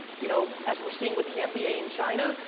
you know, as we're seeing with the nba in china,